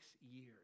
years